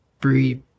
breathe